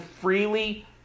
freely